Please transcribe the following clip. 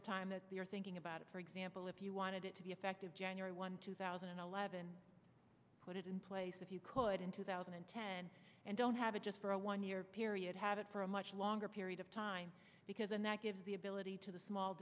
time thinking about it for example if you wanted it to be effective january one two thousand and eleven put it in place if you could in two thousand and ten and don't have it just for a one year period had it for a much longer period of time because and that gives the ability to the small